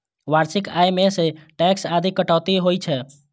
वार्षिक आय मे सं टैक्स आदिक कटौती होइ छै